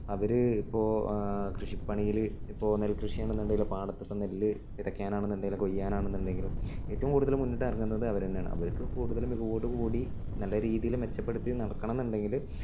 അവര് ഇപ്പോള് കൃഷിപ്പണിയില് ഇപ്പോള് നെൽ കൃഷിയാണെന്നുണ്ടെങ്കില് പാടത്തില് നെല്ലു വിതയ്ക്കാനാണെന്നുണ്ടെങ്കിലും കൊയ്യാനാണെന്നുണ്ടെങ്കിലും ഏറ്റവും കൂടുതല് മുന്നിട്ടിറങ്ങുന്നത് അവരെന്നെയാണ് അവർക്കു കൂടുതല് മികവോടുകൂടി നല്ല രീതിയില് മെച്ചപ്പെടുത്തി നടക്കണമെന്നുണ്ടെങ്കില്